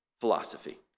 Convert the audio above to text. philosophy